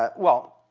but well,